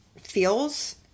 feels